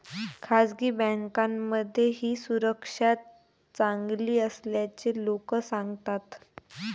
खासगी बँकांमध्ये ही सुविधा चांगली असल्याचे लोक सांगतात